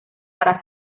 para